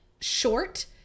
short